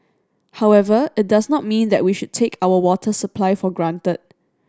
however it does not mean that we should take our water supply for granted